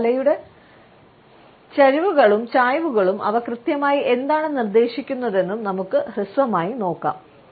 ഇതിൽ തലയുടെ ചരിവുകളും ചായ്വുകളും അവ കൃത്യമായി എന്താണ് നിർദ്ദേശിക്കുന്നതെന്നും നമുക്ക് ഹ്രസ്വമായി നോക്കാം